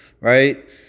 right